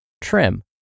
trim